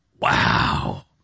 Wow